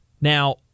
Now